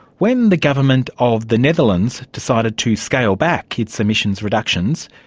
when the government of the netherlands decided to scale back its emissions reductions,